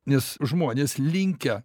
nes žmonės linkę